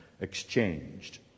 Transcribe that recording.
exchanged